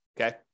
Okay